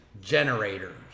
Generators